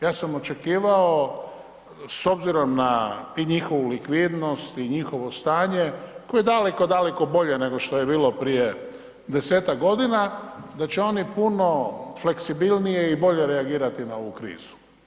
Ja sam očekivao, s obzirom na i njihovu likvidnost i njihovo stanje, koje je daleko, daleko bolje nego što je bilo prije 10-tak godina, da će oni puno fleksibilnije i bolje reagirati na ovu krizu.